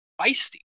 feisty